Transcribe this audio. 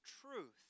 truth